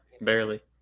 barely